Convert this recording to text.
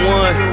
one